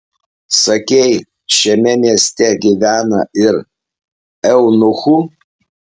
sakei šiame mieste gyvena ir eunuchų